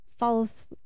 false